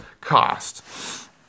cost